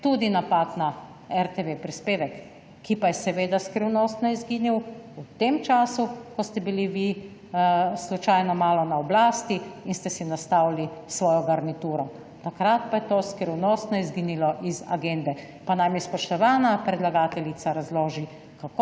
tudi napad na RTV prispevek, ki pa je seveda skrivnostno izginil v tem času, ko ste bili vi slučajno malo na oblasti in ste si nastavili svojo garnituro. Takrat pa je to skrivnostno izginilo iz agende. Pa naj mi spoštovana predlagateljica razloži,